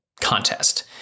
contest